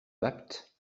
bapt